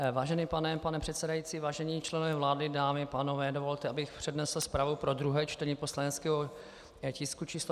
Vážený pane předsedající, vážení členové vlády, dámy a pánové, dovolte, abych přednesl zprávu pro druhé čtení poslaneckého tisku č. 219.